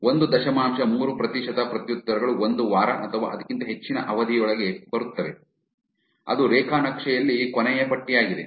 ಒಂದು ದಶಮಾಂಶ ಮೂರು ಪ್ರತಿಶತ ಪ್ರತ್ಯುತ್ತರಗಳು ಒಂದು ವಾರ ಅಥವಾ ಅದಕ್ಕಿಂತ ಹೆಚ್ಚಿನ ಅವಧಿಯೊಳಗೆ ಬರುತ್ತವೆ ಅದು ರೇಖಾ ನಕ್ಷೆನಲ್ಲಿ ಕೊನೆಯ ಪಟ್ಟಿಯಾಗಿದೆ